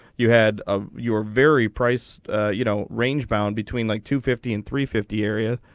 you had ah your very price you know range bound between like two fifteen three fifty area.